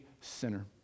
sinner